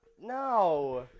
No